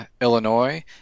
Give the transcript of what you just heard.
Illinois